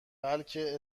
بلکه